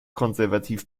konservativ